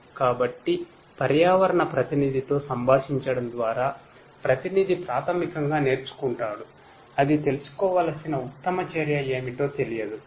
కాబట్టి పర్యావరణ ప్రతినిధితో సంభాషించడం ద్వారా ప్రతినిధి ప్రాథమికంగా నేర్చుకుంటాడు అది తీసుకోవలసిన ఉత్తమ చర్య ఏమిటో తెలియదు